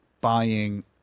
buying